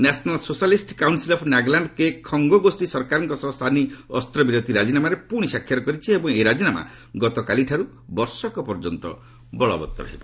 national socialist council of Nagaland Khango ଗୋଷ୍ଠୀ ସରକାରଙ୍କ ସହ ସାନି ଅସ୍ତ୍ରବିରତି ରାଜିନାମାରେ ପୁଣି ସ୍ୱାକ୍ଷର କରିଛି ଏବଂ ଏହି ରାଜିନାମା ଗତକାଲିଠାରୁ ବର୍ଷକ ପର୍ଯ୍ୟନ୍ତ ବଳବତ୍ତର ରହିବ